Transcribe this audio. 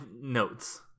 notes